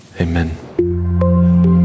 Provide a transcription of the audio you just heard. amen